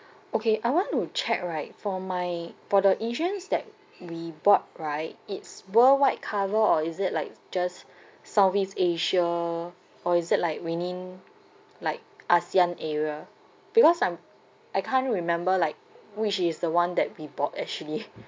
okay I want to check right for my for the insurance that we bought right it's worldwide cover or is it like just southeast asia or is it like within like ASEAN area because I'm I can't remember like which is the one that we bought actually